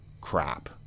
crap